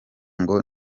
ngo